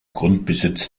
grundbesitz